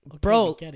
bro